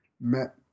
met